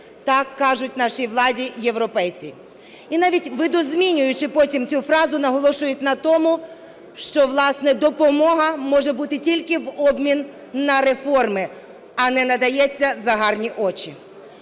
Так кажуть нашій владі європейці. І навіть видозмінюючи потім цю фразу, наголошують на тому, що, власне, допомога може бути тільки в обмін на реформи, а не надається за гарні очі.